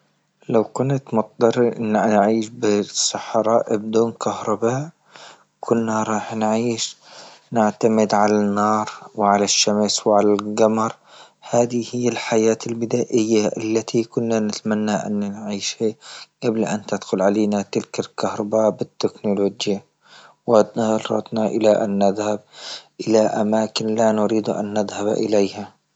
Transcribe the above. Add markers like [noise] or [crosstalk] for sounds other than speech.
لو كنت مضطر أني أعيش بالصحراء بدون كهرباء، كنا رايح نعيش نعتمد على النار وعلى الشمس وعلى القمر، هذه هي الحياة البدائية التي كنا نتمنى أن نعيشها قبل أن تدخل علينا تلك الكهرباء بالتكنولوجيا [unintelligible] إلى أن نذهب الى أماكن لا نريد تن نذهب إليها.